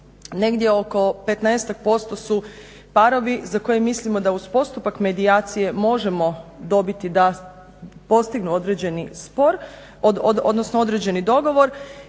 negdje oko 15-tak % su parovi za koje mislimo da uz postupak medijacije možemo dobiti da postignu određeni spor, odnosno određeni dogovor